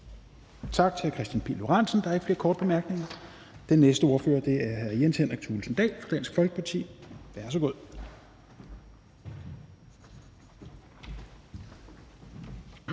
Tak til hr. Kristian Pihl Lorentzen. Der er ikke flere korte bemærkninger. Den næste ordfører er hr. Jens Henrik Thulesen Dahl fra Dansk Folkeparti. Værsgo.